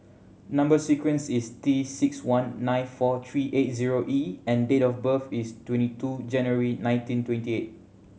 number sequence is T six one nine four three eight zero E and date of birth is twenty two January nineteen twenty eight